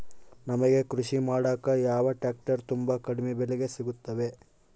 ನಮಗೆ ಕೃಷಿ ಮಾಡಾಕ ಯಾವ ಟ್ರ್ಯಾಕ್ಟರ್ ತುಂಬಾ ಕಡಿಮೆ ಬೆಲೆಗೆ ಸಿಗುತ್ತವೆ?